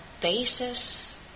basis